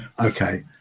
okay